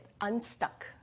unstuck